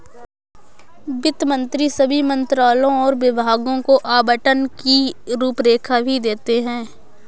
वित्त मंत्री सभी मंत्रालयों और विभागों को आवंटन की रूपरेखा भी देते हैं